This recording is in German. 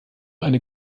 eine